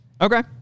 Okay